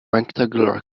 rectangular